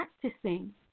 practicing